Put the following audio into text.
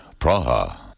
Praha